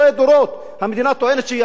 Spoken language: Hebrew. המדינה טוענת שזה של המדינה,